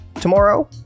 tomorrow